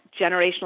generational